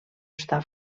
està